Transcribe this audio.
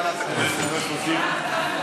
לוועדת הכנסת,